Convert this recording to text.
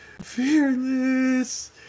fearless